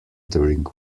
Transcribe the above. during